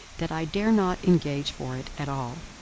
that i dare not engage for it at all.